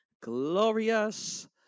glorious